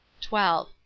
twelve